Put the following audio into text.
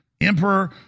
emperor